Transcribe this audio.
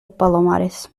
palomares